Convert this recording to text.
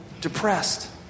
depressed